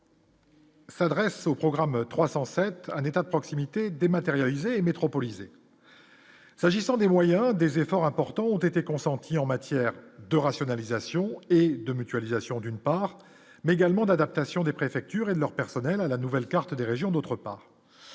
S'adresse au programme 307 un état de proximité dématérialisé Métropolis et. S'agissant des moyens, des efforts importants ont été consentis en matière de rationalisation et de mutualisation, d'une part, mais également d'adaptation des préfectures et de leur personnel à la nouvelle carte des régions, d'autre part,